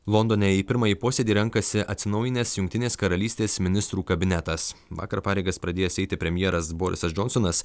londone į pirmąjį posėdį renkasi atsinaujinęs jungtinės karalystės ministrų kabinetas vakar pareigas pradėjęs eiti premjeras borisas džonsonas